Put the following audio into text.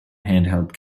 handheld